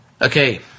Okay